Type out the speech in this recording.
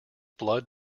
blood